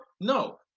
No